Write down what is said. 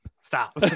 stop